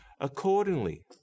accordingly